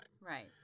Right